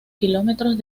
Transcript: kilómetros